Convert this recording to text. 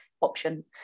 option